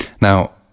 Now